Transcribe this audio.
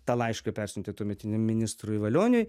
tą laišką persiuntė tuometiniam ministrui valioniui